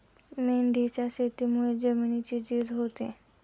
मेंढीच्या शेतीमुळे जमिनीची झीज होते